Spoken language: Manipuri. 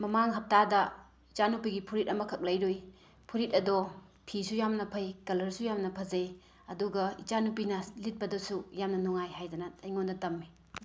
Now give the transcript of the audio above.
ꯃꯃꯥꯡ ꯍꯞꯇꯥꯗ ꯏꯆꯥ ꯅꯨꯄꯤꯒꯤ ꯐꯨꯔꯤꯠ ꯑꯃꯈꯛ ꯂꯩꯔꯨꯏ ꯐꯨꯔꯤꯠ ꯑꯗꯣ ꯐꯤꯁꯨ ꯌꯥꯝꯅ ꯐꯩ ꯀꯂꯔꯁꯨ ꯌꯥꯝꯅ ꯐꯖꯩ ꯑꯗꯨꯒ ꯏꯆꯥ ꯅꯨꯄꯤꯅ ꯂꯤꯠꯄꯗꯁꯨ ꯌꯥꯝꯅ ꯅꯨꯡꯉꯥꯏ ꯍꯥꯏꯗꯅ ꯑꯩꯉꯣꯟꯗ ꯇꯝꯃꯤ